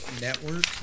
network